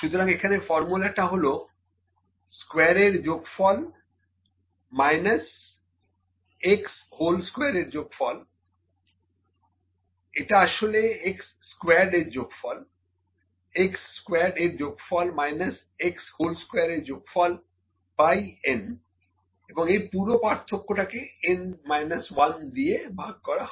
সুতরাং এখানে ফর্মুলাটা হলো x স্কোয়ার এর যোগফল মাইনাস x হোল স্কোয়ার এর যোগফল এটা আসলে x স্কোয়ার্ড এর যোগফল x স্কোয়ার্ড এর যোগফল মাইনাস x হোল স্কোয়ার এর যোগফল বাই n এবং এই পুরো পার্থক্যটাকে n 1 দিয়ে ভাগ করা হয়